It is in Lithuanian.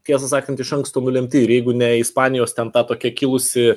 tiesą sakant iš anksto nulemti ir jeigu ne ispanijos ten ta tokia kilusi